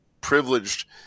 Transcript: privileged